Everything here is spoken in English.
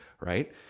right